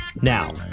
now